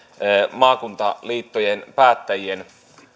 maakuntaliittojen päättäjien